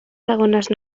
segones